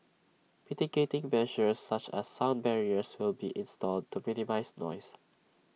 mitigating measures such as sound barriers will be installed to minimise noise